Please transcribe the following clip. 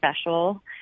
special